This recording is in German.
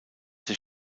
der